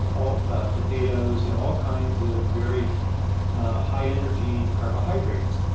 um all ah potatoes and all kinds of very high energy carbohydrates.